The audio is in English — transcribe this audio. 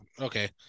okay